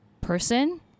person